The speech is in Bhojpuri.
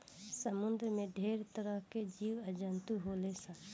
समुंद्र में ढेरे तरह के जीव आ जंतु होले सन